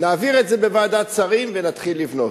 נעביר את זה בוועדת שרים ונתחיל לבנות.